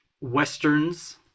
Westerns